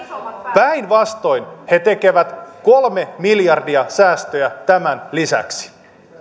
päinvastoin he tekevät kolme miljardia säästöjä tämän lisäksi